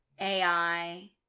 AI